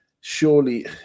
surely